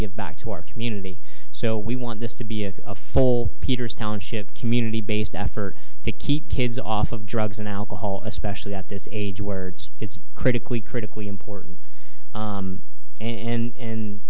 give back to our community so we want this to be a full peters township community based effort to keep kids off of drugs and alcohol especially at this age words it's critically critically important and